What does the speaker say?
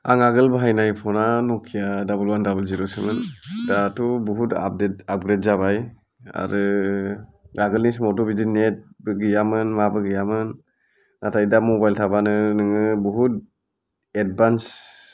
आं आगोल बाहायनाय फना नकिया double one double zero seven दाथ' बहुद आपडेट आपग्रेड जाबाय आरो आगोलनि समावथ' बिदि नेट बो गैयामोन माबो गैयामोन नाथाय दा मबाइल थाबानो नोङो बहुद एदभान्स